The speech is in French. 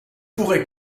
pourrait